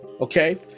okay